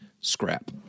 scrap